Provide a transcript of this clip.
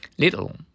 Little